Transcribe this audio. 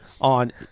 on